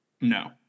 no